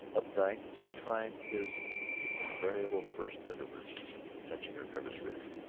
updike tried his invariable first maneuver touching her nervous wrist.